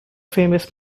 famous